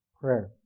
prayer